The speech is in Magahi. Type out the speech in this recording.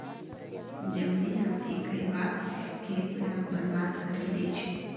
जंगली हाथी कई बार खेत लाक बर्बाद करे दे छे